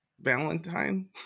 Valentine